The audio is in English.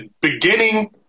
beginning